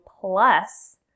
plus